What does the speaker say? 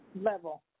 level